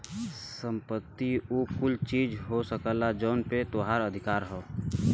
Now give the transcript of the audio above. संपत्ति उ कुल चीज हो सकला जौन पे तोहार अधिकार हौ